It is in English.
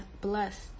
blessed